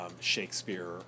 Shakespeare